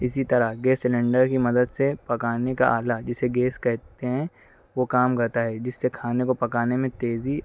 اِسی طرح gas cylinder کی مدد سے پکانے کا آلہ جسے گیس کہتے ہیں وہ کام کرتا ہے جس سے کھانے کو پکانے میں تیزی